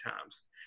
times